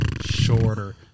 shorter